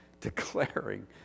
declaring